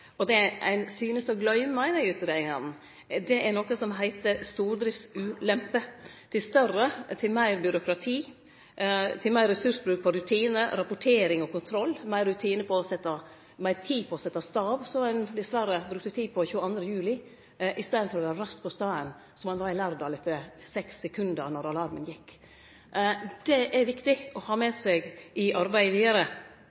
og kontroll, meir tid på å setje stab, som ein dessverre brukte tid på 22. juli, i staden for å vere raskt på staden, som ein var i Lærdal: 6 minutt etter alarmen gjekk. Det er viktig å ha